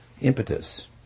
impetus